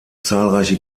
zahlreiche